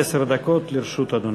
עד עשר דקות לרשות אדוני.